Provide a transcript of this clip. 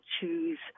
choose